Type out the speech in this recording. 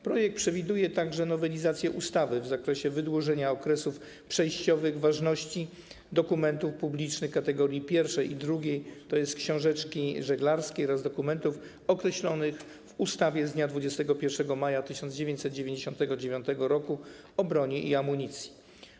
Projekt przewiduje także nowelizację ustawy w zakresie wydłużenia okresów przejściowych ważności dokumentów publicznych kategorii pierwszej i drugiej, tj. książeczki żeglarskiej oraz dokumentów określonych w ustawie z dnia 21 maja 1999 r. o broni i amunicji.